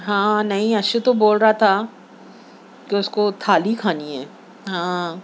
ہاں نہیں اشو تو بول رہا تھا کہ اس کو تھالی کھانی ہے ہاں